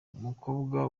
umukobwa